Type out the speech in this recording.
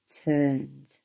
turned